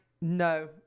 No